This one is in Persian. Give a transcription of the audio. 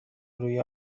روی